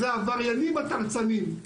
זה העבריינים התרצנים,